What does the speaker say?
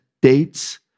dates